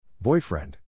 Boyfriend